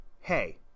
hey